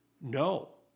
no